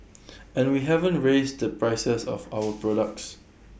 and we haven't raised the prices of our products